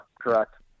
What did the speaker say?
correct